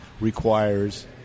requires